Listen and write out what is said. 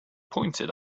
pointed